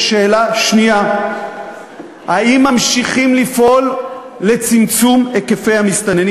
יש שאלה שנייה: האם ממשיכים לפעול לצמצום היקפי המסתננים